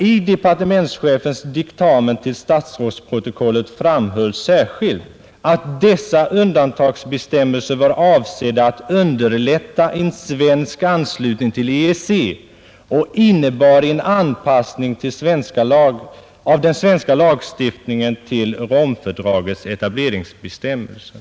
I departementschefens diktamen till statsrådsprotokollet framhölls särskilt, att dessa undantagsbestämmelser var avsedda att underlätta en svensk anslutning till EEC och innebar en anpassning av den svenska lagstiftningen till Romfördragets etableringsbestämmelser.